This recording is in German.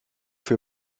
für